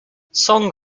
song